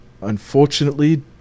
unfortunately